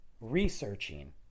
researching